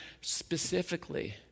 specifically